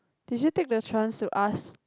did you take the chance to ask